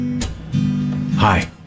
Hi